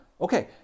Okay